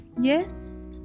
Yes